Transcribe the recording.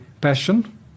passion